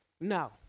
No